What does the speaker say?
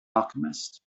alchemist